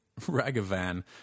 Ragavan